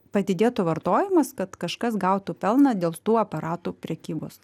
padidėtų vartojimas kad kažkas gautų pelną dėl tų aparatų prekybos